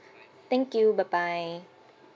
thank you bye bye